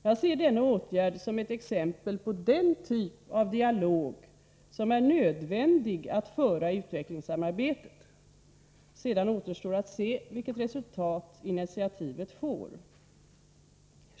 Jag ser denna åtgärd som ett exempel på den typ av dialog som är nödvändig att föra i utvecklingssamarbetet. Sedan återstår att se vilket resultat initiativet får.